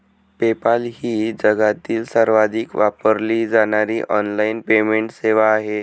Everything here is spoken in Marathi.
पेपाल ही जगातील सर्वाधिक वापरली जाणारी ऑनलाइन पेमेंट सेवा आहे